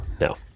No